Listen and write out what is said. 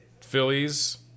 Phillies